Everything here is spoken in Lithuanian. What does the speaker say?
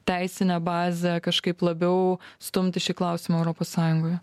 teisinę bazę kažkaip labiau stumti šį klausimą europos sąjungoje